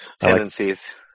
tendencies